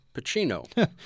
Pacino